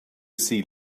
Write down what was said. see